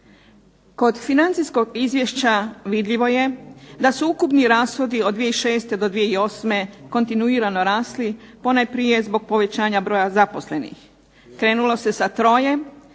Kod financijskog izvješća vidljivo je da su ukupni rashodi od 2006. do 2008. kontinuirano rasli, ponajprije zbog povećanja broja zaposlenih. Krenulo se sa troje,